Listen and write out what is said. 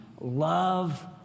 love